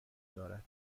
دارد